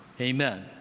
Amen